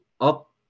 Up –